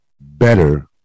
better